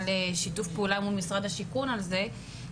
שיתוף פעולה מול משרד השיכון על זה,